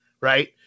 right